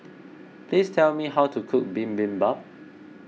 please tell me how to cook Bibimbap